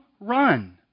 run